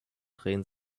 drehen